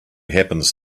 happens